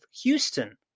Houston